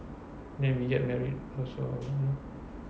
then we get married also